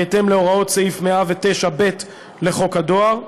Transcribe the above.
בהתאם להוראות סעיף 109ב לחוק הדואר,